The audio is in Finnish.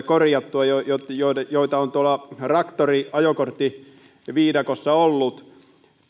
korjattua nämä viimeisetkin epäselvyydet joita on tuolla traktoriajokorttiviidakossa ollut